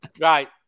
Right